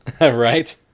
Right